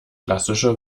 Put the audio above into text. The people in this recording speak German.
klassische